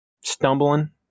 stumbling